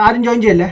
um endangered and